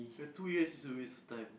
the two years is a waste of time